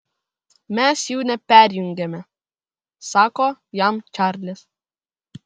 mes jų neperjungiame sako jam čarlis